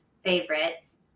favorites